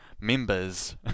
members